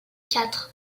quatre